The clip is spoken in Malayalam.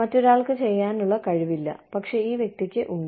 മറ്റൊരാൾക്ക് ചെയ്യാനുള്ള കഴിവില്ല പക്ഷേ ഈ വ്യക്തിക്ക് ഉണ്ട്